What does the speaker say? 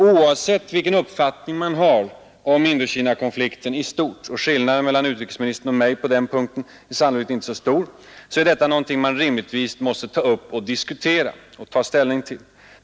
Oavsett vilken uppfattning man har om Indokinakonflikten i stort — och skillnaden mellan utrikesministern och mig på den punkten är sannolikt inte så stor — är detta någonting man rimligtvis måste ta upp, diskutera och ta ställning till.